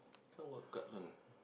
this one what card one